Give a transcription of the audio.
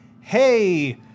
hey